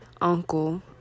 uncle